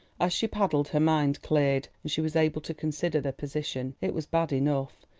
as she paddled her mind cleared, and she was able to consider the position. it was bad enough.